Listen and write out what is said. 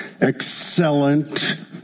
excellent